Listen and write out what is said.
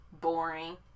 Boring